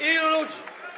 Ilu ludzi?